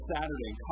Saturday